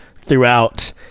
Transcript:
throughout